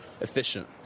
efficient